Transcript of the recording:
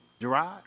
Gerard